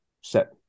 set